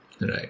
Right